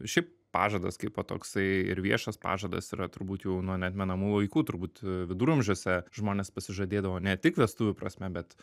šiaip pažadas kaip va toksai ir viešas pažadas yra turbūt jau nuo neatmenamų laikų turbūt viduramžiuose žmonės pasižadėdavo ne tik vestuvių prasme bet